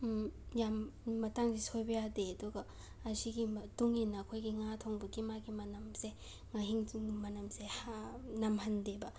ꯌꯥꯝ ꯃꯇꯥꯡꯁꯦ ꯁꯣꯏꯕ ꯌꯥꯗꯦ ꯑꯗꯨꯒ ꯑꯁꯤꯒꯤ ꯃꯇꯨꯡ ꯏꯟꯅ ꯑꯩꯈꯣꯏꯒꯤ ꯉꯥ ꯊꯣꯡꯕꯒꯤ ꯃꯥꯒꯤ ꯃꯅꯝꯁꯦ ꯉꯍꯤꯡꯗꯨꯒꯤ ꯃꯅꯝꯁꯦ ꯍꯥꯅ ꯅꯝꯍꯟꯗꯦꯕ